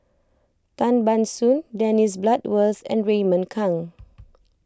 Tan Ban Soon Dennis Bloodworth and Raymond Kang